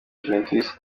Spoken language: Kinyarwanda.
juventus